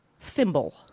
thimble